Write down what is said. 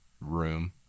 room